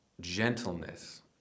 gentleness